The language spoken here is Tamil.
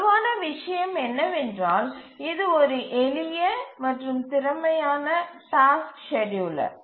வலுவான விஷயம் என்னவென்றால் இது ஒரு எளிய மற்றும் திறமையான டாஸ்க் ஸ்கேட்யூலர்